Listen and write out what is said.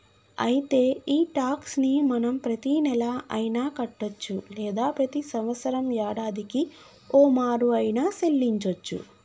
అయితే ఈ టాక్స్ ని మనం ప్రతీనెల అయిన కట్టొచ్చు లేదా ప్రతి సంవత్సరం యాడాదికి ఓమారు ఆయిన సెల్లించోచ్చు